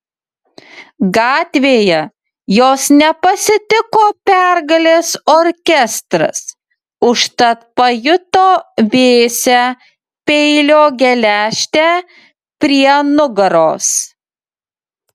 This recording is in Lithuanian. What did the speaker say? gatvėje jos nepasitiko pergalės orkestras užtat pajuto vėsią peilio geležtę prie nugaros